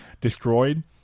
destroyed